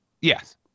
yes